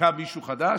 קם מישהו חדש,